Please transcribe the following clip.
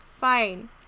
Fine